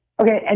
Okay